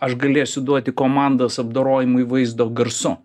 aš galėsiu duoti komandas apdorojimui vaizdo garsu